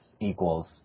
equals